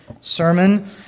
sermon